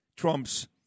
Trump's